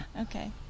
Okay